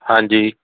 ਹਾਂਜੀ